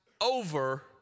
over